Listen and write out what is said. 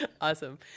Awesome